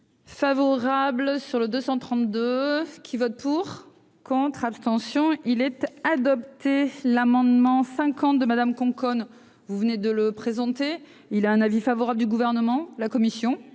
Favorable sur le 232 ceux qui votent pour, contre, abstention il était adopté, l'amendement 52 madame Conconne vous venez de le présenter, il a un avis favorable du gouvernement, la commission.